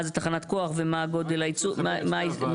מה זה תחנת כוח ומה גודל הייצור שלה.